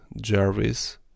Jarvis